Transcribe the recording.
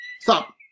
stop